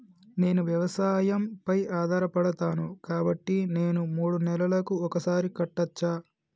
నేను వ్యవసాయం పై ఆధారపడతాను కాబట్టి నేను మూడు నెలలకు ఒక్కసారి కట్టచ్చా?